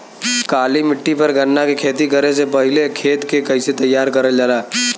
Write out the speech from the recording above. काली मिट्टी पर गन्ना के खेती करे से पहले खेत के कइसे तैयार करल जाला?